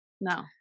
No